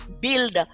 build